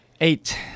Eight